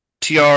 TR